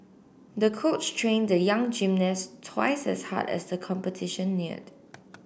the coach trained the young gymnast twice as hard as the competition neared